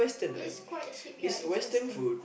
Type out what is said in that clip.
is quite cheap ya is western